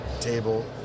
table